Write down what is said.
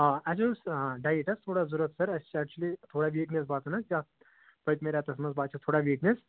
آ اَسہِ اوس ڈایِٹ حظ تھوڑا ضروٗرت سَر اَسہِ چھِ ایٚکچُؤلی تھوڑا ویٖکنٮ۪س باسان حظ پٔتۍمہِ رٮ۪تَس منٛز باسٮ۪و تھوڑا ویٖکنٮ۪س